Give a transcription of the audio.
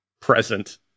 present